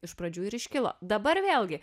iš pradžių ir iškilo dabar vėlgi